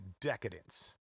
decadence